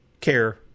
care